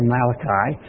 Malachi